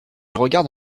regarde